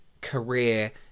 career